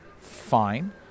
Fine